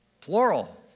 plural